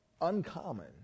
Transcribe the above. uncommon